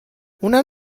اونم